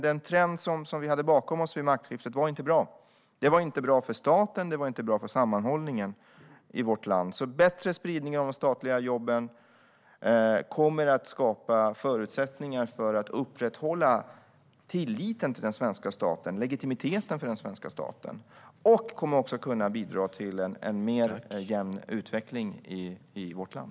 Den trend som vi hade bakom oss vid maktskiftet var inte bra, inte för staten och inte för sammanhållningen i vårt land. En bättre spridning av de statliga jobben kommer att skapa förutsättningar för att upprätthålla tilliten till och legitimiteten för den svenska staten och kommer också att bidra till en mer jämn utveckling i vårt land.